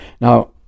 Now